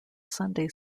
sunday